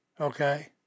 Okay